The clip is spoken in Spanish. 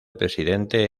presidente